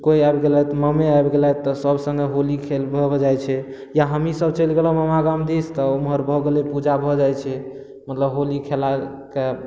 कोइ आबि गेलथि ममे आबि गेलथि तऽ सभ सङ्गे होली खेलब हो जाइ छै या हमही सभ चलि गेलहुॅं ममा गाम दिस तऽ उम्हर भऽ गेलै पूजा भऽ जाइ छै मतलब होली खेला कऽ